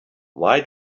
why